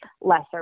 lesser